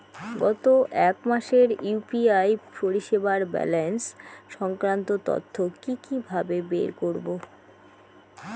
গত এক মাসের ইউ.পি.আই পরিষেবার ব্যালান্স সংক্রান্ত তথ্য কি কিভাবে বের করব?